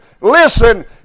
listen